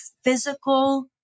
physical